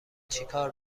چیکار